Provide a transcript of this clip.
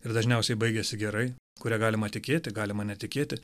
ir dažniausiai baigiasi gerai kuria galima tikėti galima netikėti